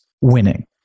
winning